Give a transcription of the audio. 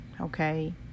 okay